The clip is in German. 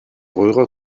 röhre